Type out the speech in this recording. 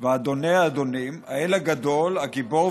ואדֹני האדֹנים האל הגדֹל הגִבֹּר